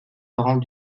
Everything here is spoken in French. parents